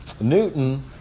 Newton